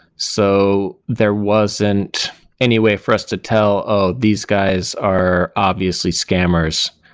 so there wasn't any way for us to tell, oh! these guys are obviously scammers.